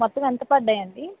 మొత్తం ఎంత పడ్డాయి అండి